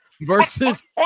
versus